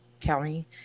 county